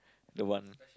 don't want